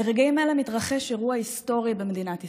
ברגעים אלה מתרחש אירוע היסטורי במדינת ישראל.